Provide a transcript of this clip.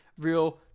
real